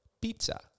pizza